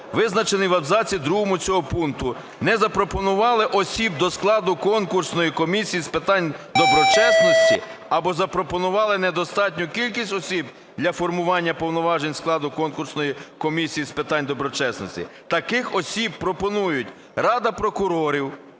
визначений в абзаці другому цього пункту, не запропонували осіб до складу Конкурсної комісії з питань доброчесності або запропонували недостатню кількість осіб для формування повноважень складу Конкурсної комісії з питань доброчесності, таких осіб пропонують: Рада прокурорів